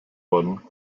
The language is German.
worden